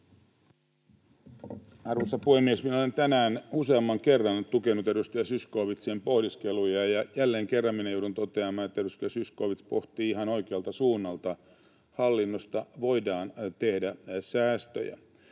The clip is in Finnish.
Arvoisa puhemies! Minä olen tänään useamman kerran tukenut edustaja Zyskowiczin pohdiskeluja, ja jälleen kerran joudun toteamaan, että edustaja Zyskowicz pohtii ihan oikealta suunnalta: hallinnosta voidaan tehdä säästöjä.